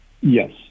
Yes